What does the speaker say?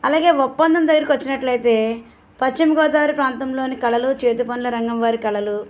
అలాగే ఒప్పందం దగ్గరికి వచ్చినట్లయితే పశ్చిమగోదావరి ప్రాంతంలోని కళలు చేతిపనుల రంగం వారి కళలు